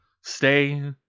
Stay